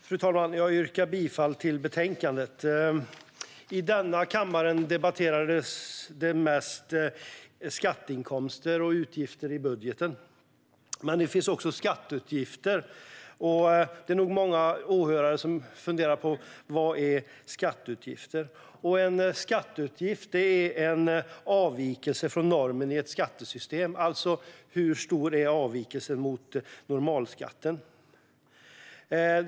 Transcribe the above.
Fru talman! Jag yrkar bifall till förslaget i betänkandet. I denna kammare debatteras mest skatteinkomster och utgifter i budgeten, men det finns även skatteutgifter. Det är nog många åhörare som funderar på vad skatteutgifter är. En skatteutgift är en avvikelse från normen i ett skattesystem, alltså hur stor avvikelsen från normalskatten är.